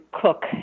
cook